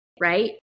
right